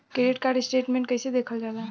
Credit card statement कइसे देखल जाला?